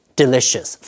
delicious